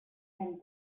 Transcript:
and